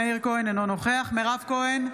אינו נוכח מירב כהן,